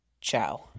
ciao